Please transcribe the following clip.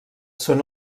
són